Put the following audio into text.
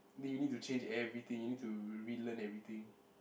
then you need to change everything you need to relearn everything